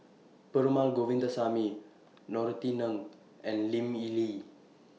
Perumal Govindaswamy Norothy Ng and Lim Lee